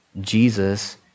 Jesus